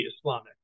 Islamic